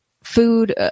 food